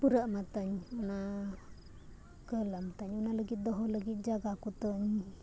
ᱯᱩᱨᱟᱹᱜ ᱢᱟ ᱛᱤᱧ ᱚᱱᱟ ᱠᱟᱞᱟᱢ ᱛᱤᱧ ᱚᱱᱟ ᱞᱟᱹᱜᱤᱫ ᱫᱚᱦᱚ ᱞᱟᱹᱜᱤᱫ ᱡᱟᱭᱜᱟ ᱠᱚᱛᱤᱧ